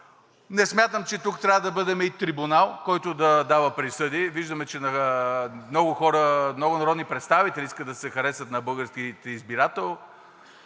Не смятам, че тук трябва да бъдем и трибунал, който да дава присъди, виждаме, че много народни представители искат да се харесат на българските избиратели,